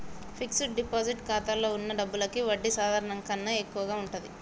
fixed deposit ఖాతాలో వున్న డబ్బులకి వడ్డీ సాధారణం కన్నా ఎక్కువగా ఉంటది